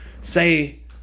say